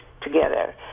together